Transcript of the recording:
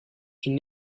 une